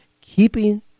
keeping